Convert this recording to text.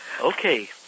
okay